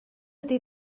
ydy